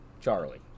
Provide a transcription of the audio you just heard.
Charlie